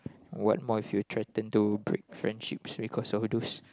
what more if you threaten to break friendship because of those